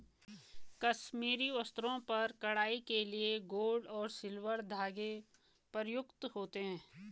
कश्मीरी वस्त्रों पर कढ़ाई के लिए गोल्ड और सिल्वर धागे प्रयुक्त होते हैं